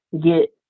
get